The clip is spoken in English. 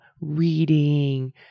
reading